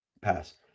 Pass